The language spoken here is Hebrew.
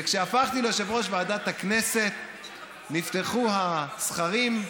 וכשהפכתי ליושב-ראש ועדת הכנסת נפתחו הסכרים,